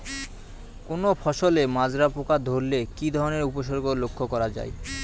কোনো ফসলে মাজরা পোকা ধরলে কি ধরণের উপসর্গ লক্ষ্য করা যায়?